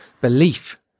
belief